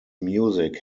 music